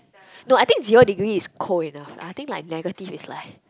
no I think zero degree is cold enough I think like negative is like